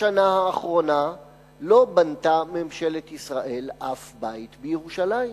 בשנה האחרונה לא בנתה ממשלת ישראל אף בית בירושלים,